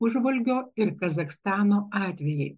užvolgio ir kazachstano atvejai